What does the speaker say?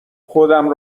خودم